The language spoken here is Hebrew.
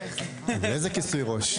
איזה כיסוי ראש?